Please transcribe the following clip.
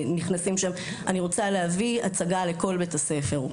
אני רוצה להביא הצגה לכל בית הספר.